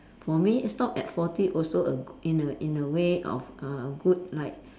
for me stop at forty also a in a in a way of uh good like